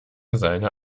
seine